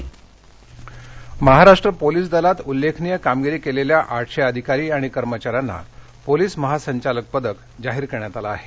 परस्कार धळे महाराष्ट्र पोलीस दलात उल्लेखनीय कामगिरी केलेल्या आठशे अधिकारी आणि कर्मचाऱ्यांना पोलिस महासंचालक पदक जाहीर करण्यात आलं आहे